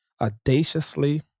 audaciously